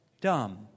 dumb